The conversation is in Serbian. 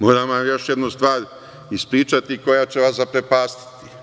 Moram vam još jednu stvar ispričati koja će vas zaprepastiti.